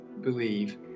believe